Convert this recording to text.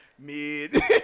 Mid